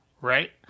Right